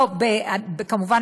כמובן,